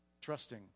trusting